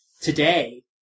today